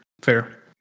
Fair